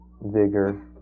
vigor